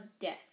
death